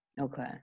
Okay